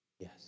Yes